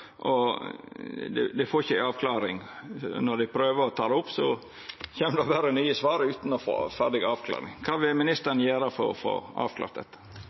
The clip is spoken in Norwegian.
får ikkje noka avklaring – når dei prøver å ta det opp, kjem det berre nye svar, utan at dei får ferdig avklaring. Kva vil ministeren gjera for å få avklart dette?